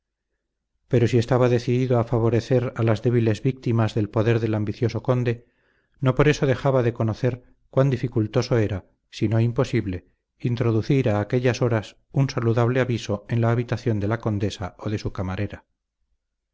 pero si estaba decidido a favorecer a las débiles víctimas del poder del ambicioso conde no por eso dejaba de conocer cuán dificultoso era si no imposible introducir a aquellas horas un saludable aviso en la habitación de la condesa o de su camarera